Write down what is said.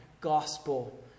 gospel